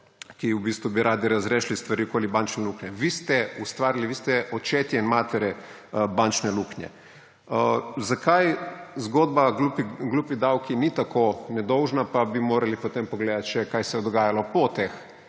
bi radi razrešili stvari okoli bančne luknje. Vi ste ustvarili, vi ste očetje in matere bančne luknje! Zakaj zgodba glupi davki ni tako nedolžna, pa bi morali potem še pogledati, kaj se je dogajalo po teh